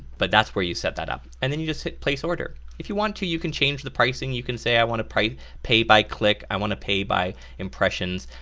but that's where you set that up, and then you just hit place order. if you want to you can change the pricing, you can say i want to pay by click, i want to pay by impressions.